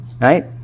Right